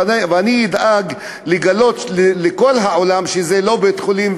ואני אדאג לגלות לכל העולם שזה לא בית-חולים,